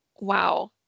Wow